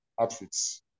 outfits